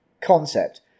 concept